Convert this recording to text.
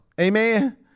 Amen